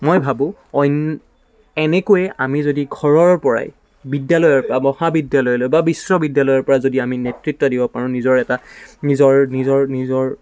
মই ভাবোঁ অইন এনেকৈয়ে আমি যদি ঘৰৰ পৰাই বিদ্যালয়ৰ পৰা মহাবিদ্যালয়লৈ বা বিশ্ববিদ্যালয়ৰ পৰা যদি আমি নেতৃত্ব দিব পাৰোঁ নিজৰ এটা নিজৰ নিজৰ নিজৰ